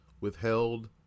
withheld